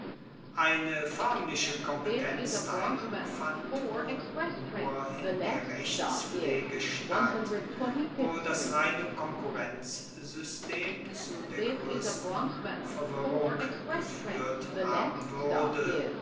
eine förmliche kompetenzteilung fand wohl nur in der rechtspflege statt wo das reine konkurrenzsystem zu der größten verwirrung geführt haben würde